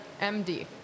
MD